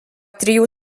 trijų